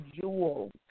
jewels